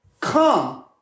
Come